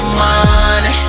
money